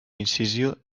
incisió